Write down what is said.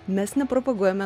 mes nepropaguojame